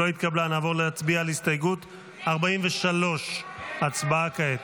על הסתייגות 43. הצבעה כעת.